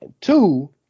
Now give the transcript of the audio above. Two